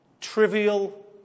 trivial